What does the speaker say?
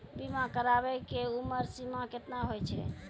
बीमा कराबै के उमर सीमा केतना होय छै?